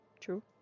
true